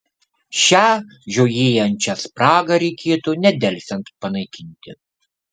šią žiojėjančią spragą reikėtų nedelsiant panaikinti